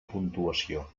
puntuació